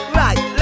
right